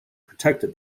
protected